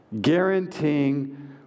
guaranteeing